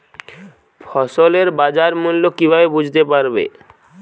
ফসলের বাজার মূল্য কিভাবে বুঝতে পারব?